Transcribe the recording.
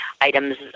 items